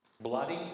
Bloody